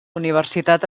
universitat